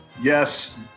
yes